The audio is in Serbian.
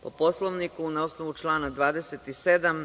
Po Poslovniku na osnovu člana 27.